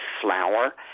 flour